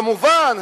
כמובן,